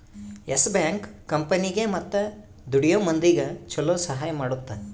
S bank ಕಂಪನಿಗೇ ಮತ್ತ ದುಡಿಯೋ ಮಂದಿಗ ಚೊಲೊ ಸಹಾಯ ಮಾಡುತ್ತ